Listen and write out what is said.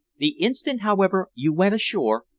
the instant, however, you went ashore,